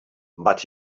but